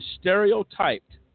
stereotyped